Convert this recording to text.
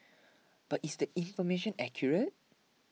but is the information accurate